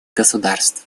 государств